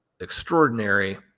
Extraordinary